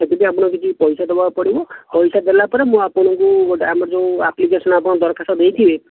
ସେଥିପାଇଁ ଆପଣଙ୍କୁ କିଛି ପଇସା ଦେବାକୁ ପଡ଼ିବ ପଇସା ଦେଲେ ମୁଁ ଆପଣଙ୍କୁ ଗୋଟିଏ ଆମର ଯେଉଁ ଆପ୍ଲିକେସନ୍ ଆପଣ ଦରଖାସ୍ତ ଦେଇଥିବେ